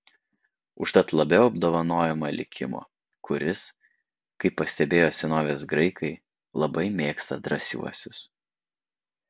užtat labiau apdovanojama likimo kuris kaip pastebėjo senovės graikai labai mėgsta drąsiuosius